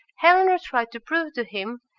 eleanor tried to prove to him,